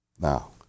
Now